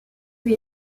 lui